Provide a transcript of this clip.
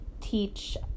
teach